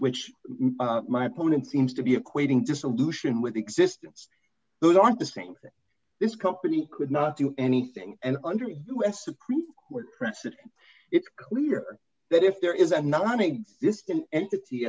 which my opponent seems to be equating dissolution with existence those aren't the same thing this company could not do anything and under u s supreme court precedent it's clear that if there is a nonexistent entity